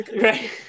Right